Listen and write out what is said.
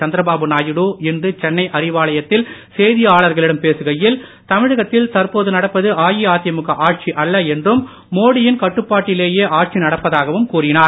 சந்திரபாபு நாயுடு இன்று அறிவாலயத்தில் செய்தியாளர்களிடம் சென்னை பேசுகையில் தமிழகத்தில் தற்போது நடப்பது அஇஅதிமுக ஆட்சி அல்ல என்றும் மோடியின் கட்டுப்பாட்டிலேயே ஆட்சி நடப்பதாகவும் கூறினார்